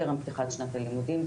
טרם פתיחת שנת הלימודים,